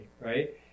right